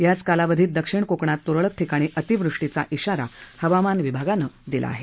याच कालावधीत दक्षिण कोकणात तुरळक ठिकाणी अतिवृष्टीचा आरा हवामान विभागानं दिला आहे